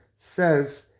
says